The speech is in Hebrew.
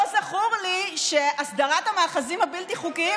לא זכור לי שהסדרת המאחזים הבלתי-חוקיים,